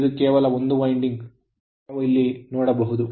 ಇದು ಕೇವಲ ಒಂದು winding ಅಂಕುಡೊಂಕು ಇದನ್ನು ನಾವು ಒಂದು winding ಅಂಕುಡೊಂಕಾ ಗಿ ನೋಡಬಹುದು